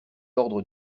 ordres